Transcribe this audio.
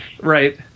Right